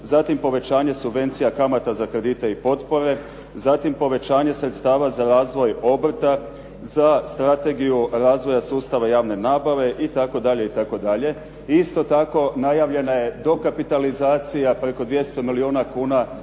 zatim povećanje subvencija kamata za kredite i potpore, zatim povećanje sredstava za razvoj obrta, za Strategiju razvoja sustava javne nabave itd., itd. I isto tako najavljena je dokapitalizacija preko 200 milijuna kuna